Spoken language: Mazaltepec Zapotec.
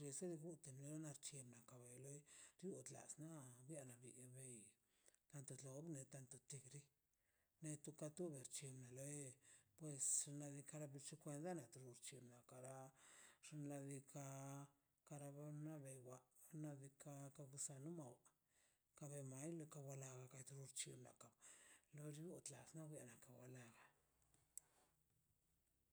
resi guta nar chi kabai le tui tlasə biana tile ei datan tlə de tant til ti netoꞌ katoꞌ ber chin melei pues nadikaꞌ kara kwan nal lux chi kara xnaꞌ diikaꞌ kara bennaꞌ xna' diikaꞌ bew komo saludn lo ka ben maeli kan be ma la